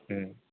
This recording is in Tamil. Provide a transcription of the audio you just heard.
ம்